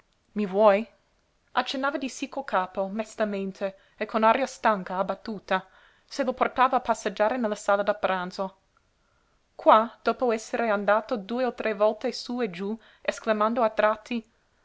i vuoi accennava di sí col capo mestamente e con aria stanca abbattuta se lo portava a passeggiare nella sala da pranzo qua dopo essere andato due o tre volte sú e giú esclamando a tratti